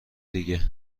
دیگه